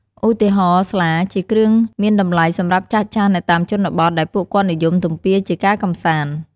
ឧទាហរណ៍ ស្លា ជាគ្រឿងមានតម្លៃសម្រាប់ចាស់ៗនៅតាមជនបទ ដែលពួកគាត់និយមទំពាជាការកម្សាន្ត។